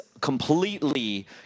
completely